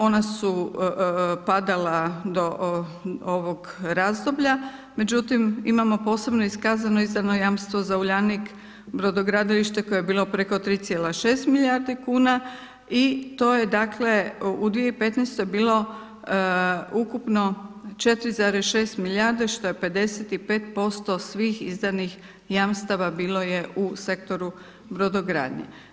Ona su padala do ovoga razdoblja, međutim, imamo posebno iskazano izdano jamstvo za Uljanik, brodogradilište, koje je bilo preko 3,6 milijardi kuna i to je dakle, u 2015. bilo ukupno 4,6 milijardi što je 55% svih izdanih jamstva bilo je u sektoru brodogradnje.